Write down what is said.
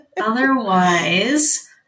Otherwise